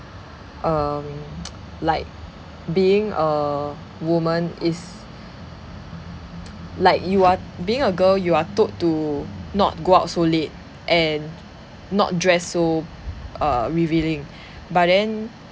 um like being a woman is like you are being a girl you are told to not go out so late and not dress so uh revealing but then